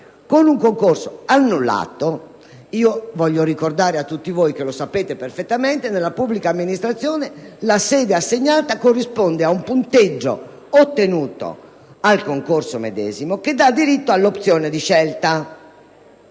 di un concorso annullato. Voglio ricordare a tutti voi - anche se lo sapete perfettamente - che nella pubblica amministrazione la sede assegnata corrisponde ad un punteggio ottenuto proprio in quel concorso che dà diritto all'opzione di scelta.